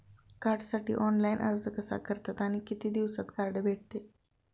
कार्डसाठी ऑनलाइन अर्ज कसा करतात आणि किती दिवसांत कार्ड भेटते?